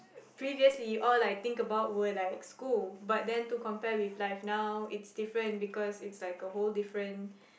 previously all I think about were like school but then to compare with life now it's different because it's like a whole different